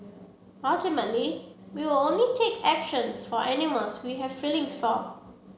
ultimately we will only take actions for animals we have feelings for